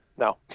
No